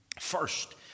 First